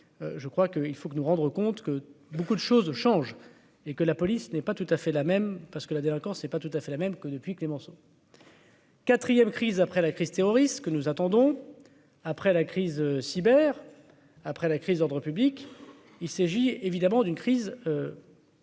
je crois que il faut que nous rendre compte que beaucoup de choses changent et que la police n'est pas tout à fait la même, parce que la délinquance, c'est pas tout à fait la même que depuis Clémenceau. 4ème crise après la crise terroriste que nous attendons, après la crise cyber après la crise d'ordre public, il s'agit évidemment d'une crise.